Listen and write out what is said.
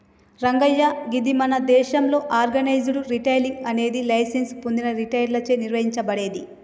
రంగయ్య గీది మన దేసంలో ఆర్గనైజ్డ్ రిటైలింగ్ అనేది లైసెన్స్ పొందిన రిటైలర్లచే నిర్వహించబడేది